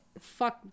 fuck